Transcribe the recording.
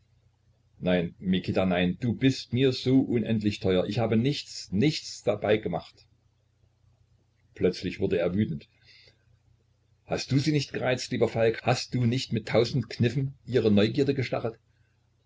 nein mikita nein du bist mir so unendlich teuer ich habe nichts nichts dabei gemacht plötzlich wurde er wütend hast du sie nicht gereizt lieber falk hast du nicht mit tausend kniffen ihre neugierde gestachelt